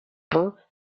ponts